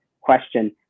question